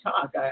talk